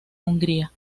hungría